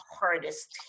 hardest